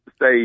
say